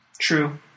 True